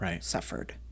suffered